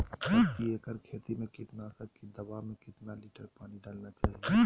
प्रति एकड़ खेती में कीटनाशक की दवा में कितना लीटर पानी डालना चाइए?